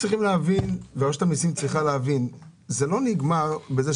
רשות המסים צריכה להבין שזה לא נגמר בכך